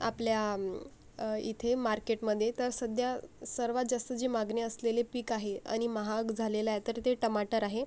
आपल्या इथे मार्केटमदे तर सद्या सर्वात जास्त जे मागनी असलेले पीक आहे अनि महाग झालेलाए तर ते टमाटर आहे